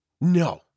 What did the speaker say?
No